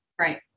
right